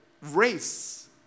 race